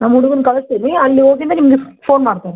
ನಮ್ಮ ಹುಡುಗನ್ನ ಕಳಿಸ್ತೇನೆ ಅಲ್ಲಿ ಹೋಗಿದ್ದ ನಿಮಗೆ ಮಿಸ್ ಫೋನ್ ಮಾಡ್ತೇನೆ